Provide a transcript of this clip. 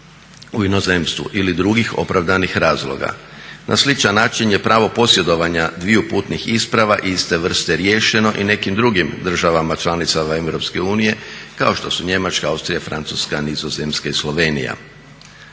u inozemstvu ili drugih opravdanih razloga. Na sličan način je pravo posjedovanja dviju putnih isprava iste vrste riješeno i nekim drugim državama članicama EU kao što su Njemačka, Austrija, Francuska, Nizozemska i Slovenija.